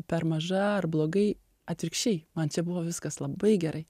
per maža ar blogai atvirkščiai man čia buvo viskas labai gerai